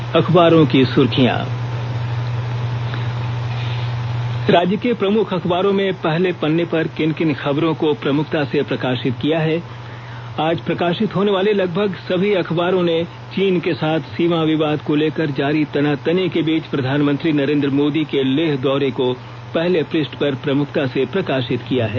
अब अखबारों की सुर्खियां और आईये अब सुनते हैं राज्य के प्रमुख अखबारों ने पहले पत्रे पर किन किन खबरों को प्रमुखता से प्रकाषित किया है आज प्रकाषित होनेवाले लगभग सभी अखबारों ने चीन के साथ सीमा विवाद को लेकर जारी तनातनी के बीच प्रधानमंत्री नरेंद्र मोदी के लेह दौरे को पहले पृष्ठ पर प्रमुखता से प्रकाषित किया है